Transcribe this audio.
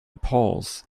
polls